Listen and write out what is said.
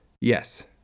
yes